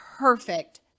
perfect